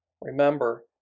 remember